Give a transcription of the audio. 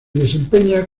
desempeña